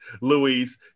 Louise